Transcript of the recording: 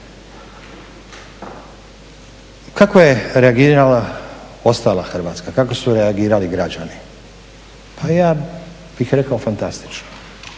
Kako je reagirala ostala Hrvatska? Kako su reagirali građani? Pa ja bih rekao fantastično,